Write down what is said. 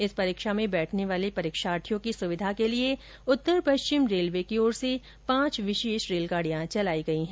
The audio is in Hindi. इस परीक्षा में बैठने वाले परीक्षार्थियों की सुविधा के लिये उत्तर पश्चिम रेलवे द्वारा पांच विशेष रेलगाड़ियां चलाई गई हैं